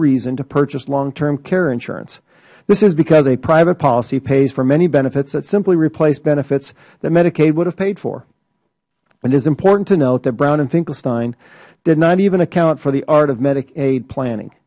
reason to purchase long term care insurance this is because a private policy pays for many benefits that simply replace benefits medicaid would have paid for it is important to note that brown and finklestein did not even account for the art of medicaid planning